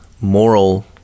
moral